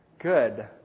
Good